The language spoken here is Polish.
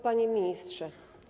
Panie Ministrze!